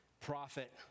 prophet